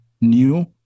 new